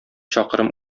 чакрым